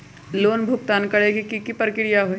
Loan भुगतान करे के की की प्रक्रिया होई?